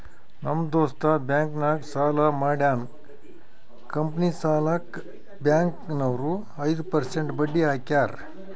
ನಮ್ ದೋಸ್ತ ಬ್ಯಾಂಕ್ ನಾಗ್ ಸಾಲ ಮಾಡ್ಯಾನ್ ಕಂಪನಿ ಸಲ್ಯಾಕ್ ಬ್ಯಾಂಕ್ ನವ್ರು ಐದು ಪರ್ಸೆಂಟ್ ಬಡ್ಡಿ ಹಾಕ್ಯಾರ್